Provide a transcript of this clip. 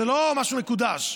זה לא משהו מקודש,